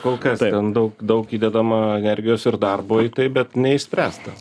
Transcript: kol kas daug daug įdedama energijos ir darbo bet neišspręsta